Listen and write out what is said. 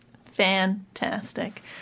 Fantastic